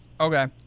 Okay